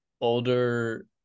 older